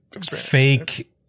fake